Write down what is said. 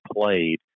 played